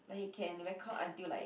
like he can record until like